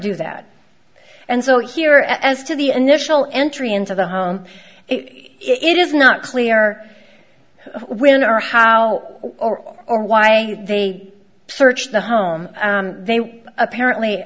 do that and so here as to the initial entry into the home it is not clear when our how or or why they searched the home they apparently